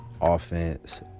offense